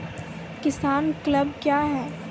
किसान क्लब क्या हैं?